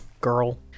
girl